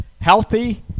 healthy